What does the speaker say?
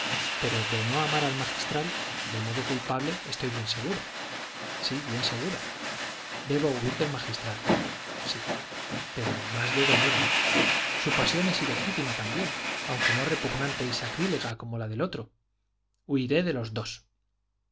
pero de no amar al magistral de modo culpable estoy bien segura sí bien segura debo huir del magistral sí pero más de don álvaro su pasión es ilegítima también aunque no repugnante y sacrílega como la del otro huiré de los dos